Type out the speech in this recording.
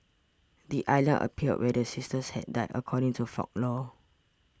the islands appeared where the sisters had died according to folklore